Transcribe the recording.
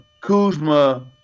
Kuzma